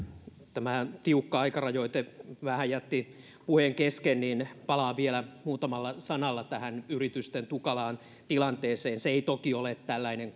tämä tiukka aikarajoite vähän jätti puheen kesken joten palaan vielä muutamalla sanalla tähän yritysten tukalaan tilanteeseen se ei toki ole tällainen